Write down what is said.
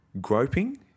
Groping